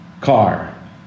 Car